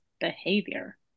behavior